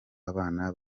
abana